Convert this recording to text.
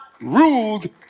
ruled